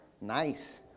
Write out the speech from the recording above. Nice